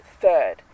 third